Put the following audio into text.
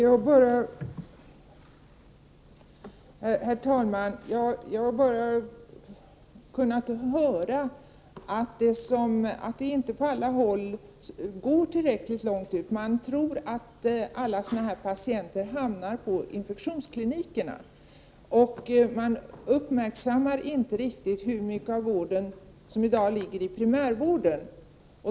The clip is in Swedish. Herr talman! Jag har bara kunnat höra att det inte når tillräckligt långt ut. Man tror att alla patienter hamnar på infektionsklinikerna och uppmärksammarinte riktigt hur mycket av vården som i dag sker inom primärvården.